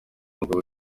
umugabo